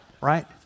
right